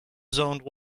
zoned